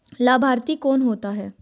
लाभार्थी कौन होता है?